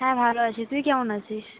হ্যাঁ ভালো আছি তুই কেমন আছিস